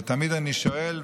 ותמיד אני שואל,